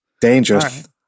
Dangerous